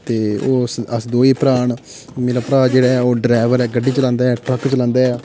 ते अस दो गै भ्राऽ न मेरा भ्राऽ जेह्ड़ा ऐ ओह् डरैबर ऐ गड्डी चलांदा ऐ ट्रक चलांदा ऐ